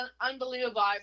unbelievable